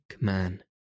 man